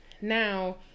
Now